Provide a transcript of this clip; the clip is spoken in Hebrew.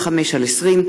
ו-פ/2965/20,